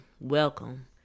welcome